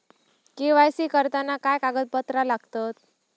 KYC करताना काय कागदपत्रा लागतत?